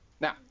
Now